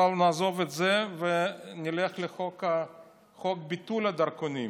אבל נעזוב את זה ונלך לחוק ביטול הדרכונים,